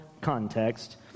context